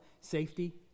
safety